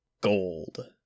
Gold